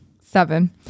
Seven